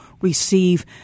receive